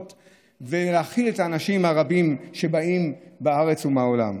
ולהכיל את האנשים הרבים שבאים מהארץ ומהעולם.